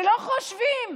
ולא חושבים